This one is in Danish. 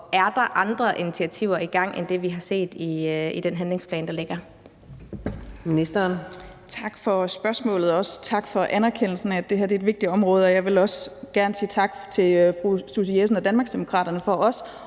er der andre initiativer i gang end det, vi har set i den her handlingsplan,